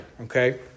Okay